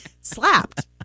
slapped